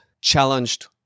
Challenged